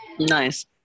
Nice